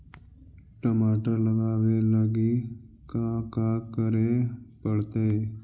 टमाटर लगावे लगी का का करये पड़तै?